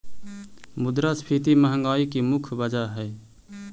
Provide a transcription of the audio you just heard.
मुद्रास्फीति महंगाई की मुख्य वजह हई